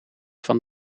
van